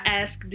ask